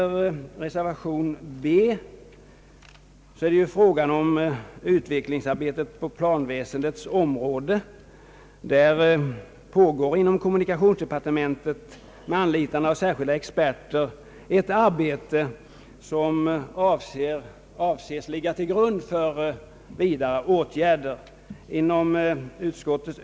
Reservation b avser utvecklingsarbetet i fråga om planväsendet. Inom kommunikationsdepartementet pågår med anlitande av särskilda experter ett arbete som avses ligga till grund för vidare åtgärder.